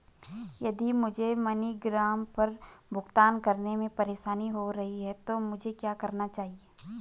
यदि मुझे मनीग्राम पर भुगतान करने में परेशानी हो रही है तो मुझे क्या करना चाहिए?